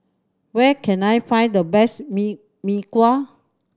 where can I find the best mee Mee Kuah